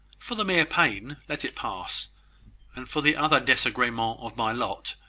for the mere pain, let it pass and for the other desagremens of my lot,